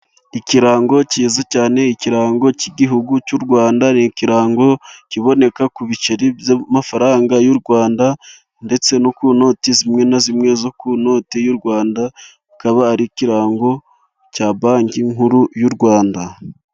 Ikirango kizwi cyane, ikirango cy'Igihugu cy'u Rwanda. Ni ikirango kiboneka ku biceri by'amafaranga y'u Rwanda, ndetse no ku noti zimwe na zimwe, z'u Rwanda. Kikaba ari ikirango cya Banki nkuru y'u Rwanda.